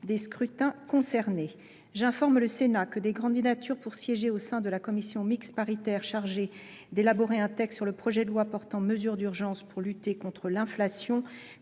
des scrutins concernés. J’informe le Sénat que des candidatures pour siéger au sein de la commission mixte paritaire chargée d’élaborer un texte sur le projet de loi portant mesures d’urgence pour lutter contre l’inflation